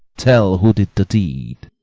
tell who did the deed.